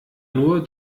nur